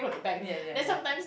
ya ya ya